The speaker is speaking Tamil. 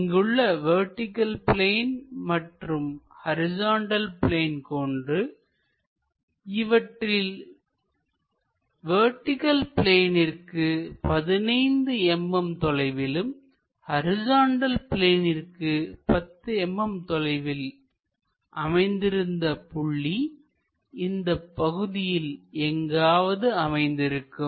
இங்குள்ள வெர்டிகள் பிளேன் மற்றும் ஹரிசாண்டல் பிளேன் கொண்டு இவற்றில் வெர்டிகள் பிளேனிற்கு 15 mm தொலைவிலும் ஹரிசாண்டல் பிளேனிற்கு 10 mm தொலைவில் அமைந்திருந்த புள்ளி இந்த பகுதியின் எங்காவது அமைந்திருக்கும்